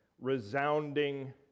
resounding